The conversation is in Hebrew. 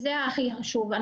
זה החשוב ביותר.